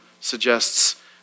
suggests